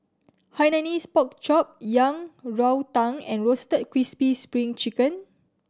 Hainanese Pork Chop Yang Rou Tang and Roasted Crispy Spring Chicken